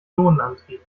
ionenantrieb